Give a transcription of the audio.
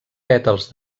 pètals